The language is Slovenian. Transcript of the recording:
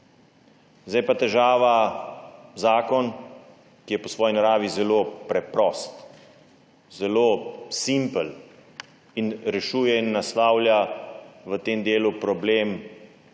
Zdaj je pa težava zakon, ki je po svoji naravi zelo preprost, zelo simpel in rešuje in naslavlja v tem delu problem,